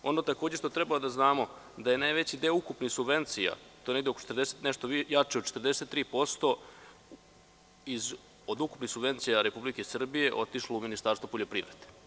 Ono što takođe treba da znamo da je najveći deo ukupnih subvencija, to je negde, nešto jače od 43% od ukupnih subvencija Republike Srbije otišlo u Ministarstvo poljoprivrede.